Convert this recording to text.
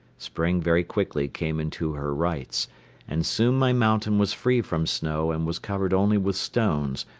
spring very quickly came into her rights and soon my mountain was free from snow and was covered only with stones,